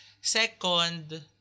Second